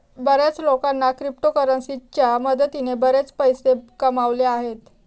बर्याच लोकांनी क्रिप्टोकरन्सीच्या मदतीने बरेच पैसे कमावले आहेत